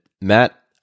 Matt